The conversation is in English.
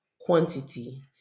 quantity